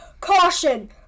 CAUTION